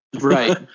Right